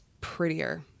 prettier